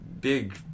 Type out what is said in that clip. big